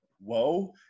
whoa